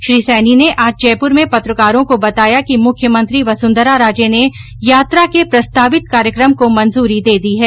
श्री सैनी ने आज जयपुर में पत्रकारों को बताया कि मुख्यमंत्री वसुंधरा राजे ने यात्रा के प्रस्तावित कार्यक्रम को मंजूरी दे दी है